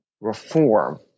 reform